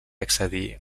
accedir